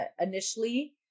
initially